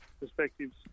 perspectives